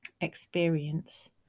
experience